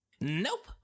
Nope